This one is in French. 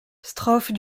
strophe